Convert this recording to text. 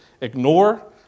ignore